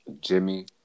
Jimmy